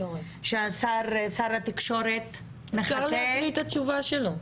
ששר התקשורת מחכה --- אפשר להקריא את התשובה שלו,